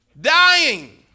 Dying